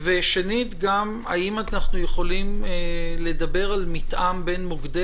ושנית, האם אנחנו יכולים לדבר על מתאם בין מוקדי